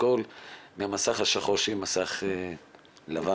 שהמסך השחור יהיה מסך לבן.